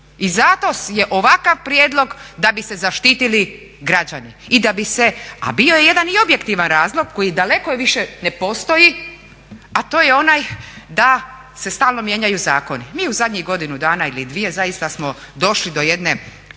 I zato je ovakav prijedlog da bi se zaštitili građani, a bio je jedan i objektivan razlog koji daleko više ne postoji, a to je onaj da se stalno mijenjaju zakoni. Mi u zadnjih godinu dana ili dvije zaista smo došli do jedne